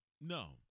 No